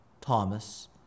Thomas